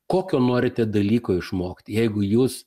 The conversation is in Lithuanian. kokio norite dalyko išmokti jeigu jūs